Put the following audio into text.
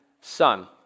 Son